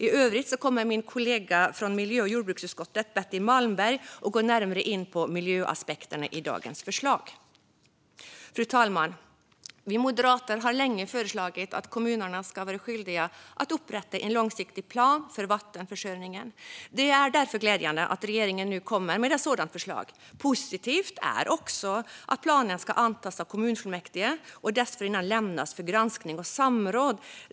I övrigt kommer min kollega från miljö och jordbruksutskottet Betty Malmberg att gå närmare in på miljöaspekterna i dagens förslag. Fru talman! Vi moderater har länge föreslagit att kommunerna ska vara skyldiga att upprätta en långsiktig plan för vattenförsörjningen. Det är därför glädjande att regeringen nu kommer med ett sådant förslag. Positivt är också att planen ska antas av kommunfullmäktige och dessförinnan lämnas för granskning och samråd.